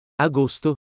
agosto